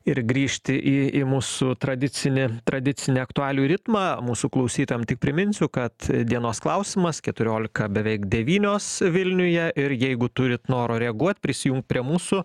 ir grįžti į į mūsų tradicinį tradicinę aktualijų ritmą mūsų klausytojam tik priminsiu kad dienos klausimas keturiolika beveik devynios vilniuje ir jeigu turit noro reaguot prisijungt prie mūsų